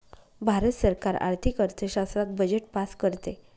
भारत सरकार आर्थिक अर्थशास्त्रात बजेट पास करते